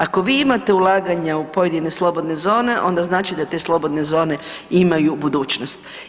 Ako vi imate ulaganja u pojedine slobodne zone onda znači da te slobodne zone imaju budućnost.